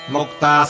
Mukta